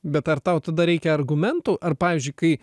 bet ar tau tada reikia argumentų ar pavyzdžiui kai